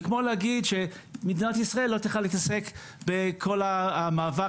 זה כמו להגיד שמדינת ישראל לא צריכה להתעסק בכל המאבק